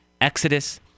Exodus